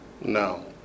No